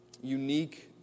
unique